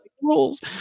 rules